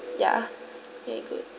ya okay good